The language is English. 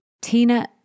Tina